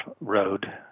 road